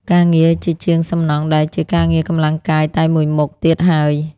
ការងារជាជាងសំណង់លែងជាការងារកម្លាំងកាយតែមួយមុខទៀតហើយ។